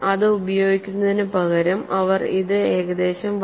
ഇത് ഉപയോഗിക്കുന്നതിനുപകരം അവർ ഇത് ഏകദേശം 1